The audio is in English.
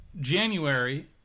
January